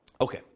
okay